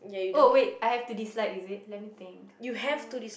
oh wait I have to dislike is it let me think um